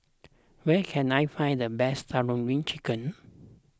where can I find the best Tandoori Chicken